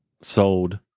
sold